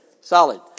solid